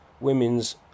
women's